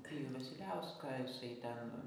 pijų vasiliauską jisai ten